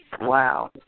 wow